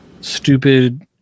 stupid